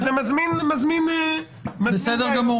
זה מזמין -- בסדר גמור.